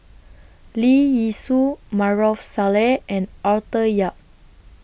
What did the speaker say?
Leong Yee Soo Maarof Salleh and Arthur Yap